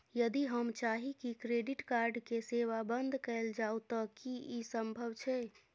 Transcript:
यदि हम चाही की क्रेडिट कार्ड के सेवा बंद कैल जाऊ त की इ संभव छै?